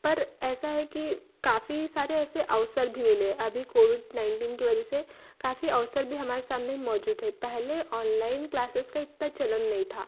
पर ऐसा है कि काफ़ी सारे ऐसे अवसर भी मिले अभी कोविड नाइंटीन की वजह से काफ़ी अवसर भी हमारे सामने मौजूद है पहले ऑनलाइन क्लासेस का इत्ता चलन नहीं था